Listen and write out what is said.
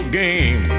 game